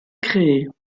créées